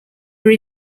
were